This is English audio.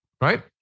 right